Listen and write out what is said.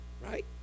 right